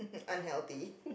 unhealthy